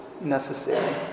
necessary